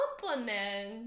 compliment